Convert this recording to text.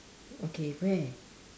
okay where